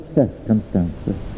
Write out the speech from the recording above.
circumstances